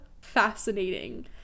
fascinating